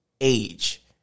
age